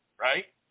right